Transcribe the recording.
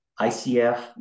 ICF